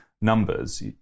numbers